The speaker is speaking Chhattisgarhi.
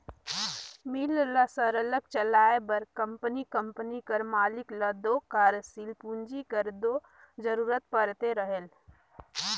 मील ल सरलग चलाए बर कंपनी कंपनी कर मालिक ल दो कारसील पूंजी कर दो जरूरत परते रहेल